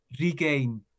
regain